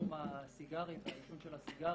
בתחום הסיגרים והעישון של הסיגרים.